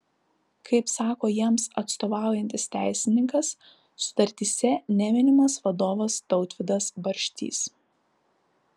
kaip sako jiems atstovaujantis teisininkas sutartyse neminimas vadovas tautvydas barštys